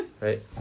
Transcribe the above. Right